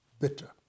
bitter